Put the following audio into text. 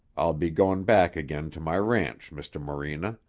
i'll be goin' back again to my ranch, mr. morena.